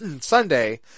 Sunday